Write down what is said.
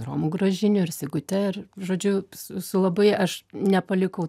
romu gražiniu ir sigute ir žodžiu su su labai aš nepalikau